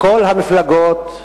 כל המפלגות,